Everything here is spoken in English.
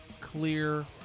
clear